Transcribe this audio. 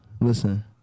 Listen